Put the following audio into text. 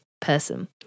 person